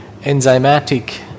enzymatic